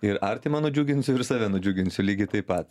ir artimą nudžiuginsiu ir save nudžiuginsiu lygiai taip pat